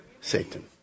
Satan